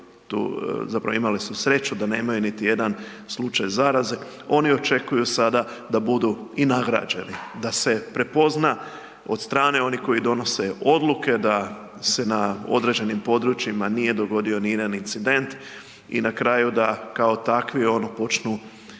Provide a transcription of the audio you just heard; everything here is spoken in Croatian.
tu, zapravo imale su sreću da nemaju niti jedan slučaj zaraze, oni očekuju sada da budu i nagrađeni, da se prepozna od strane onih koji donose odluke da se na određenim područjima nije dogodio ni jedan incident i na kraju da kao takvi ono počnu